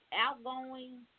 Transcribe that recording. outgoing